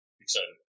excited